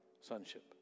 sonship